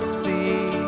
see